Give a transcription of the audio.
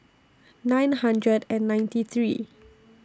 nine hundred and ninety three